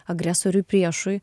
agresoriui priešui